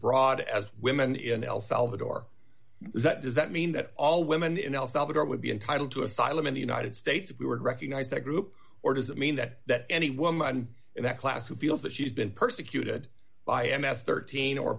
broad as women in el salvador is that does that mean that all women in el salvador would be entitled to asylum in the united states if we were to recognize that group or does that mean that that any woman in that class who feels that she's been persecuted by m s thirteen or